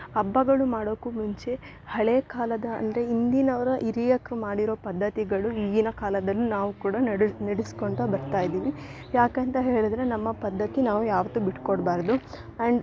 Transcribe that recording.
ಹಬ್ಬಗಳು ಮಾಡೋಕು ಮುಂಚೆ ಹಳೇಕಾಲದ ಅಂದರೆ ಹಿಂದಿನವ್ರ ಹಿರಿಯಕ್ರ್ ಮಾಡಿರೊ ಪದ್ದತಿಗಳು ಈಗಿನ ಕಾಲದಲ್ಲಿ ನಾವು ಕೂಡ ನಡೆ ನಡೆಸ್ಕೊಂತ ಬರ್ತಾ ಇದೀವಿ ಯಾಕಂತ ಹೇಳಿದ್ರೆ ನಮ್ಮ ಪದ್ಧತಿ ನಾವು ಯಾವತ್ತು ಬಿಟ್ಕೊಡ್ಬಾರದು ಆ್ಯಂಡ್